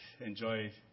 enjoy